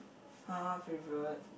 [huh] favorite